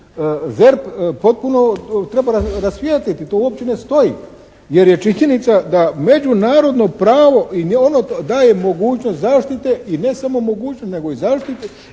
ZERP potpuno treba rasvijetliti, to uopće ne stoji jer je činjenica da međunarodno pravo i ono daje mogućnost zaštite i ne samo mogućnost nego i zaštitu